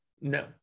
No